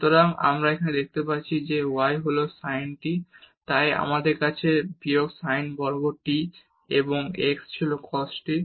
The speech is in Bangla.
সুতরাং আমরা এখানে পাচ্ছি y হল sin t তাই আমাদের আছে বিয়োগ sin বর্গ t এবং x ছিল cos t